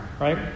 right